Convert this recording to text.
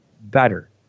better